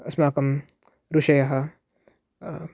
अस्माकं ऋषयः